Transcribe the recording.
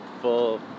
full